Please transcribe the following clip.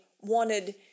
wanted